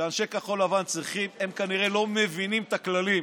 שאנשי כחול לבן כנראה לא מבינים את הכללים.